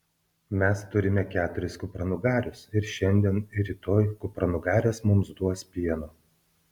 mes turime keturis kupranugarius ir šiandien ir rytoj kupranugarės mums duos pieno